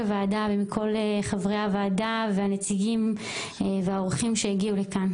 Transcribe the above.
הוועדה ומכל חברי הוועדה והנציגים והאורחים שהגיעו לכאן,